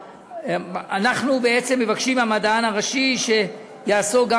אנחנו בעצם מבקשים מהמדען הראשי שיעסוק גם